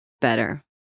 better